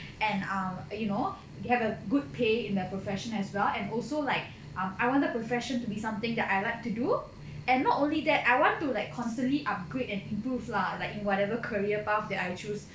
and err you know to have a good pay in the profession as well and also like um I want the profession to be something that I like to do and not only that I want to like constantly upgrade and improve lah like whatever career path that I choose